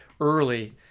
early